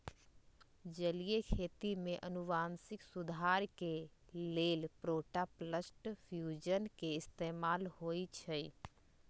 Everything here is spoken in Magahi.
जलीय खेती में अनुवांशिक सुधार के लेल प्रोटॉपलस्ट फ्यूजन के इस्तेमाल होई छई